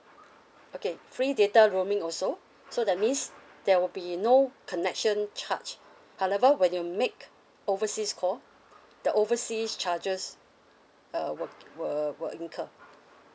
okay free data roaming also so that means there will be no connection charge however when you make overseas call the overseas charges uh will will will incur